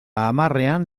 hamarrean